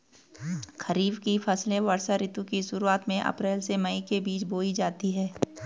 खरीफ की फसलें वर्षा ऋतु की शुरुआत में, अप्रैल से मई के बीच बोई जाती हैं